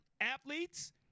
athletes